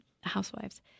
housewives